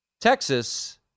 Texas